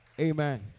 Amen